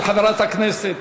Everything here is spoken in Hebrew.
של חברת הכנסת